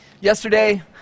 Yesterday